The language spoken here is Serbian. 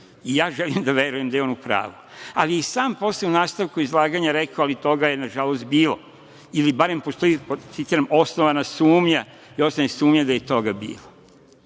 I ja želim da verujem da je on u pravu, ali je sam posle u nastavku izlaganja rekao – ali, toga je, nažalost, bilo ili barem postoji, citiram: „osnovana sumnja ili osnovane sumnje da je toga bilo“.